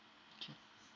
okay